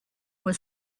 was